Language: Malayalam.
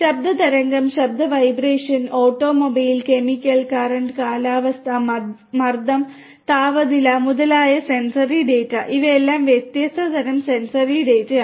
ശബ്ദ തരംഗം ശബ്ദം വൈബ്രേഷൻ ഓട്ടോമൊബൈൽ കെമിക്കൽ കറന്റ് കാലാവസ്ഥ മർദ്ദം താപനില മുതലായ സെൻസറി ഡാറ്റ ഇവയെല്ലാം വ്യത്യസ്ത തരം സെൻസറി ഡാറ്റയാണ്